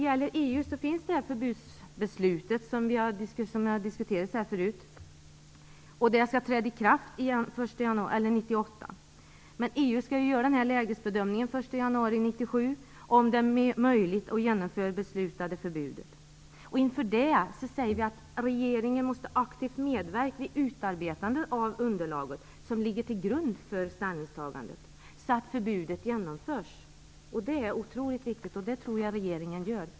I EU finns det förbudsbeslut som vi tidigare har diskuterat. Det skall träda i kraft 1998. Men EU skall göra en lägesbedömning den 1 januari 1997 av om det är möjligt att genomföra det beslutade förbudet. Inför lägesbedömningen måste regeringen aktivt medverka vid utarbetandet av det underlag som skall ligga till grund för ställningstagandet, så att förbudet genomförs. Det är otroligt viktigt, och det är något som jag tror att regeringen gör.